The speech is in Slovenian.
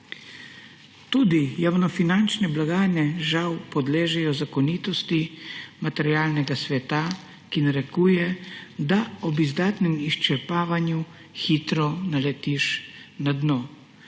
Tudi javnofinančne blagajne žal podležejo zakonitosti materialnega sveta, ki narekuje, da ob izdatnem izčrpavanju hitro naletiš na dno.